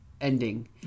ending